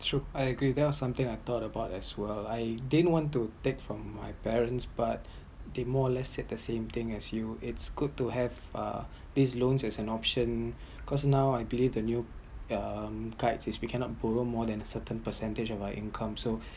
true I agreed that was something I thought about as well I didn’t want to take from my parents but they more less said the same thing as you it’s good to have uh this loan as an option cause now I believed the new um guides is we cannot borrow more than certain percentage of our income so